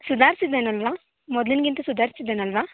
ಸುಧಾರಿಸಿದ್ದಾನೆ ಅಲ್ವಾ ಮೊದಲಿಗಿಂತ ಸುಧಾರಿಸಿದ್ದಾನೆ ಅಲ್ವಾ